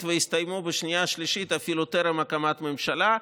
והסתיימו בשנייה ושלישית אפילו טרם הקמת ממשלה.